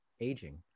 aging